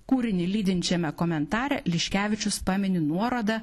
kūrinį lydinčiame komentare liškevičius pamini nuorodą